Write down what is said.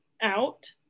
out